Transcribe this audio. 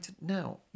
now